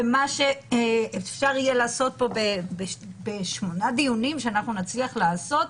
ומה שאפשר יהיה לעשות פה בשמונה דיונים שנצליח לעשות,